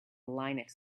linux